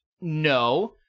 no